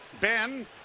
ben